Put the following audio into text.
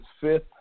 fifth